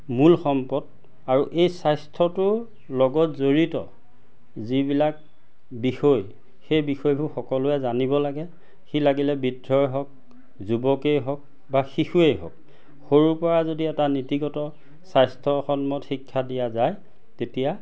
মূল সম্পদ আৰু এই স্বাস্থ্যটোৰ লগত জড়িত যিবিলাক বিষয় সেই বিষয়বোৰ সকলোৱে জানিব লাগে সি লাগিলে বৃদ্ধই হওক যুৱকেই হওক বা শিশুৱেই হওক সৰুৰ পৰা যদি এটা নীতিগত স্বাস্থ্যসন্মত শিক্ষা দিয়া যায় তেতিয়া